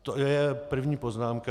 To je první poznámka.